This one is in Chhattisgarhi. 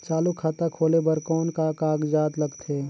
चालू खाता खोले बर कौन का कागजात लगथे?